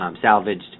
salvaged